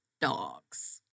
dogs